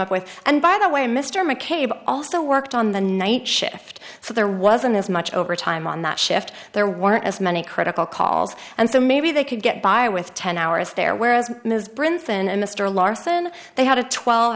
up with and by the way mr mccabe also worked on the night shift so there wasn't as much overtime on that shift there weren't as many critical calls and so maybe they could get by with ten hours there whereas ms brinson and mr larson they had a twelve